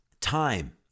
Time